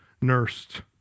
nursed